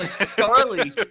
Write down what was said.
Charlie